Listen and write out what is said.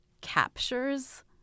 captures